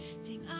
Sing